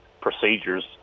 procedures